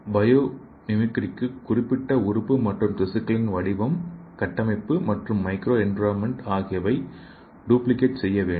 bio மிமிக்ரிக்கு குறிப்பிட்ட உறுப்பு மற்றும் திசுக்களின் வடிவம் கட்டமைப்பு மற்றும் மைக்ரோ என்விரான்மென்ட் ஆகியவற்றை டூப்ளிகேட் செய்யவேண்டும்